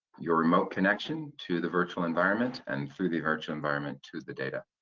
your remote connection to the virtual environment and through the virtual environment to the data.